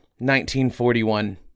1941